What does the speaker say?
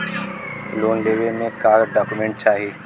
Loan लेवे मे का डॉक्यूमेंट चाही?